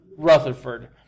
Rutherford